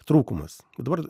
trūkumas dabar